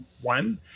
one